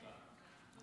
אצלו.